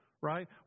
right